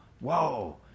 Whoa